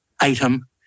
item